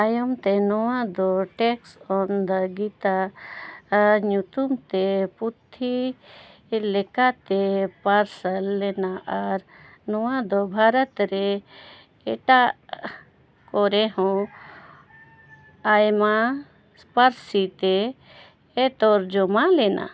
ᱛᱟᱭᱚᱢ ᱛᱮ ᱱᱚᱣᱟ ᱫᱚ ᱴᱮᱠᱥ ᱚᱱ ᱫᱟ ᱜᱤᱛᱟ ᱧᱩᱛᱩᱢ ᱛᱮ ᱯᱩᱛᱷᱤ ᱞᱮᱠᱟᱛᱮ ᱯᱟᱥ ᱞᱮᱱᱟ ᱟᱨ ᱱᱚᱣᱟ ᱫᱚ ᱵᱷᱟᱨᱚᱛ ᱨᱮ ᱮᱴᱟᱜ ᱠᱚᱨᱮ ᱦᱚᱸ ᱟᱭᱢᱟ ᱯᱟᱹᱨᱥᱤ ᱛᱮ ᱛᱚᱨᱡᱚᱢᱟ ᱞᱮᱱᱟ